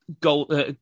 goal